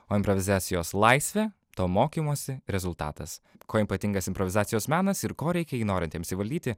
o improvizacijos laisvė to mokymosi rezultatas kuo ypatingas improvizacijos menas ir ko reikia jį norintiems įvaldyti